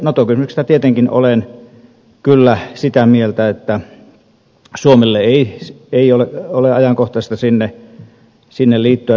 nato kysymyksestä tietenkin olen kyllä sitä mieltä että suomelle ei ole ajankohtaista sinne liittyä